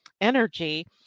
energy